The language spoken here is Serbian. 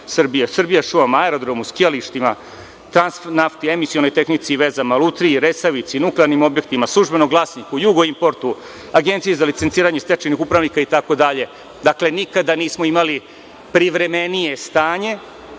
„Srbijašumama“, aerodromu, skijalištima, „Transnafti“, „Emisionoj tehnici i vezama“, Lutriji, „Resavici“, „Nuklearnim objektima“, „Službenom glasniku“, „Jugoimportu“, Agenciji za licenciranje stečajnih upravnika itd. Dakle, nikada nismo imali privremenije stanje. Od